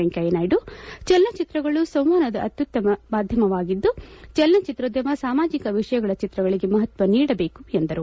ವೆಂಕಯ್ಯನಾಯ್ಲು ಚಲನಚಿತ್ರಗಳು ಸಂವಹನದ ಅತ್ಯುತ್ತಮ ಮಾಧ್ಯಮವಾಗಿದ್ದು ಚಲನಚಿತ್ರೋದ್ಯಮ ಸಾಮಾಜಿಕ ವಿಷಯಗಳ ಚಿತ್ರಗಳಿಗೆ ಮಹತ್ವ ನೀಡಬೇಕು ಎಂದರು